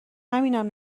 همینم